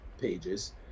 pages